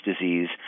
disease